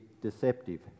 deceptive